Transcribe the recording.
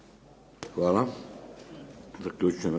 Hvala.